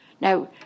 Now